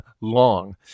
long